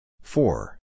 Four